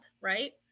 right